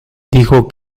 dijo